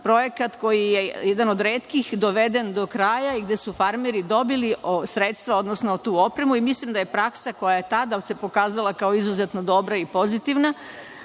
projekat koji je jedan od retkih doveden do kraja i gde su farmeri dobili sredstva, odnosno tu opremu. Mislim da bi praksa koja se tada pokazala kao izuzetno dobra i pozitivna